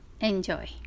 enjoy